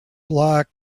black